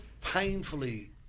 painfully